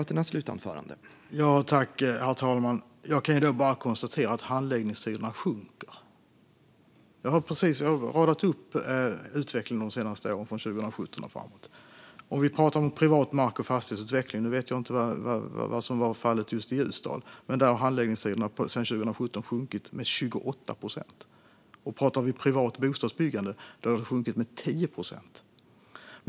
Herr talman! Jag kan bara konstatera att handläggningstiderna sjunker. Jag har precis radat upp utvecklingen de senaste åren, från 2017 och framåt. Jag vet inte vad som var fallet just i Ljusdal, men när det gäller privat mark och fastighetsutveckling har handläggningstiderna sjunkit med 28 procent sedan 2017. När det gäller privat bostadsbyggande har de sjunkit med 10 procent.